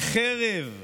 וחרב,